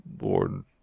Lord